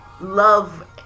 love